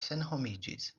senhomiĝis